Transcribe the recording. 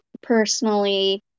personally